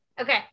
okay